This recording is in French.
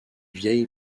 vieille